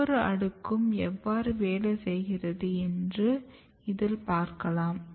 ஒவ்வொரு அடுக்கும் எவ்வாறு வேலை செய்கிறது என்று இதில் பார்க்கலாம்